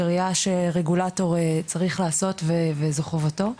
בראייה שרגולטור צריך לעשות וזו חובתו.